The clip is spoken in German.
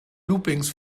loopings